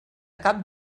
cap